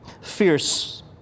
fierce